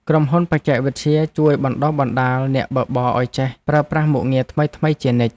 ក្រុមហ៊ុនបច្ចេកវិទ្យាជួយបណ្ដុះបណ្ដាលអ្នកបើកបរឱ្យចេះប្រើប្រាស់មុខងារថ្មីៗជានិច្ច។